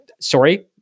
sorry